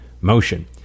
motion